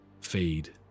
fade